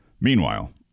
Meanwhile